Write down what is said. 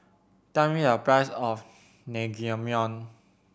tell me a price of Naengmyeon